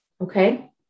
Okay